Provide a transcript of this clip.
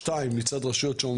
בקרב רשויות שכבר פעילות; ושתיים,